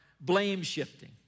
blame-shifting